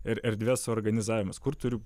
ir erdvės suorganizavimas kur turi